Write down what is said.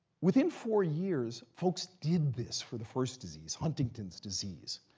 within four years, folks did this for the first disease huntington's disease.